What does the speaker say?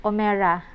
Omera